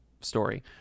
story